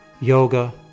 yoga